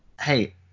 Hey